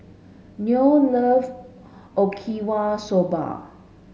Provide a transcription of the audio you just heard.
Noe love Okinawa Soba